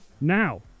Now